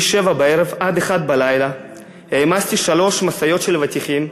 מ-19:00 עד 01:00 העמסתי שלוש משאיות של אבטיחים.